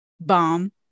Bomb